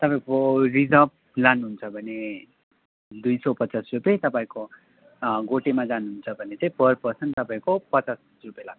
तपाईँको रिजर्भ लानुहुन्छ भने दुई सौ पचास रुपियाँ तपाईँको गोटेमा जानु हुन्छ भने चाहिँ पर पर्सन तपाईँको पचास रुपियाँ लाग्छ